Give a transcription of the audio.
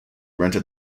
rented